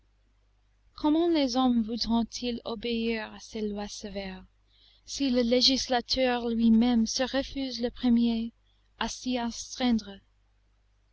comment les hommes voudront ils obéir à ces lois sévères si le législateur lui-même se refuse le premier à s'y astreindre